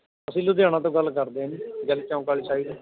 ਅਸੀਂ ਲੁਧਿਆਣਾ ਤੋਂ ਗੱਲ ਕਰਦੇ ਹਾਂ ਗਿੱਲ ਚੌਂਕ ਵਾਲੀ ਸਾਈਡ